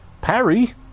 parry